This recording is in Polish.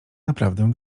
naprawdę